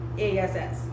ass